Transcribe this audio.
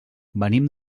venim